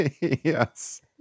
yes